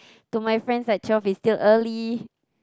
to my friends right twelve is still early